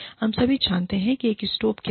हम सभी जानते हैं कि एक स्टोव क्या है